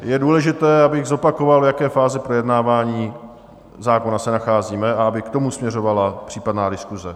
Je důležité, abych zopakoval, v jaké fázi projednávání zákona se nacházíme a aby k tomu směřovala případná diskuse.